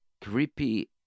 creepy